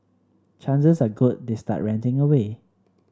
chances are good they start ranting away